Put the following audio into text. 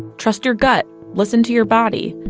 trust your gut! listen to your body!